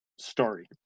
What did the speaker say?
story